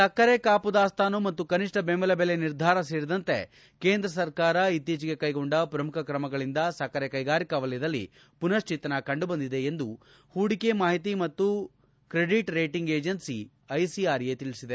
ಸಕ್ಕರೆ ಕಾಪು ದಾಸ್ತಾನು ಮತ್ತು ಕನಿಷ್ಣ ಬೆಂಬಲ ಬೆಲೆ ನಿರ್ಧಾರ ಸೇರಿದಂತೆ ಕೇಂದ್ರ ಸರ್ಕಾರ ಇತ್ತೀಚೆಗೆ ಕೈಗೊಂಡ ಪ್ರಮುಖ ಕ್ರಮಗಳಿಂದ ಸಕ್ಕರೆ ಕೈಗಾರಿಕಾ ವಲಯದಲ್ಲಿ ಪುನಶ್ಲೇತನ ಕಂಡುಬಂದಿದೆ ಎಂದು ಹೂಡಿಕೆ ಮಾಹಿತಿ ಮತ್ತು ಕ್ರೆಡಿಟ್ ರೇಟಿಂಗ್ ಏಜೆನ್ನಿ ಐಸಿಆರ್ಎ ತಿಳಿಸಿದೆ